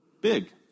big